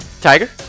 Tiger